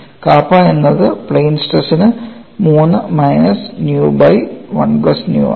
കാപ്പ എന്നത് plane stress ന് 3 minus nu by 1 plus nu ആണ്